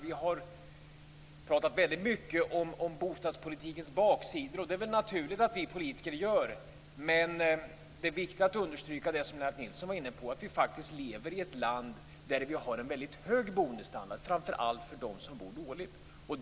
Vi har pratat väldigt mycket om bostadspolitikens baksidor, och det är väl naturligt att vi politiker gör det, men det är viktigt att understryka det som Lennart Nilsson var inne på, nämligen att vi lever i ett land med en väldigt hög boendestandard, också för sämre ställda.